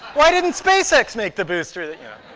why didn't spacex make the booster? yeah